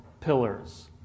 pillars